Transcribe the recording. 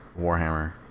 Warhammer